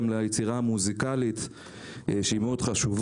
לקחת את זה גם ליצירה המוזיקלית שהיא מאוד חשובה.